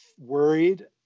worried